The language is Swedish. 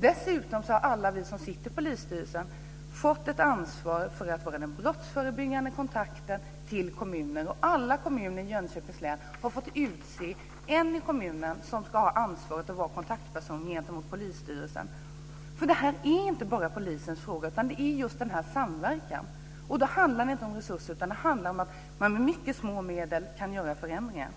Dessutom har alla vi som sitter i polisstyrelsen fått ett ansvar att vara den brottsförebyggande kontakten gentemot en kommun, och alla kommuner i Jönköpings län har utsett en i kommunen som ska ha ansvaret och vara kontaktperson gentemot polisstyrelsen. Detta är inte en fråga bara för polisen, utan här krävs det samverkan. Då handlar det inte om resurser, utan det handlar om att man med mycket små medel kan åstadkomma förändringar.